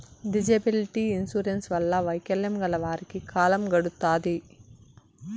disability insurance వల్ల వైకల్యం గల వారికి కాలం గడుత్తాది